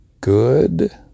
good